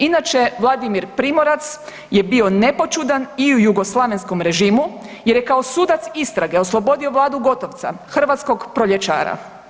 Inače Vladimir Primorac je bio nepoćudan i u jugoslavenskom režimu, jer je kao sudac istrage oslobodio Vladu Gotovca, hrvatskog proljećara.